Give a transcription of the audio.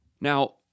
Now